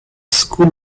school